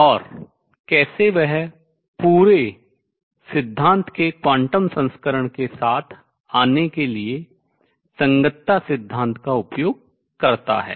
और कैसे वह पूरे सिद्धांत के क्वांटम संस्करण के साथ आने के लिए संगतता सिद्धांत का उपयोग करता है